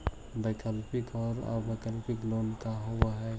वैकल्पिक और अल्पकालिक लोन का होव हइ?